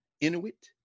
Inuit